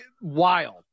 wild